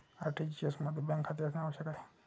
RTGS मध्ये bank खाते असणे आवश्यक आहे